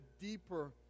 deeper